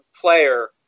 player